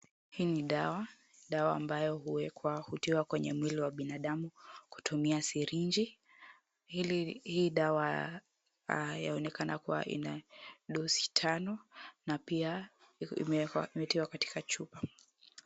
Hii ni dawa. Dawa ambayo huwekwa, hutiwa kwenye mwili wa binadamu kutumia sirinji. Hii dawa yaonekana kuwa ina dosi tano na pia imetiwa katika chupa.